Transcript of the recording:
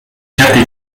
certe